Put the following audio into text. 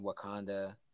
Wakanda